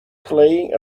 playing